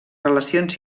relacions